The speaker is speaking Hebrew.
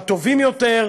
הטובים יותר,